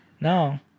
No